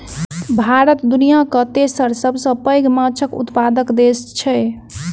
भारत दुनियाक तेसर सबसे पैघ माछक उत्पादक देस छै